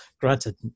Granted